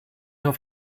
auf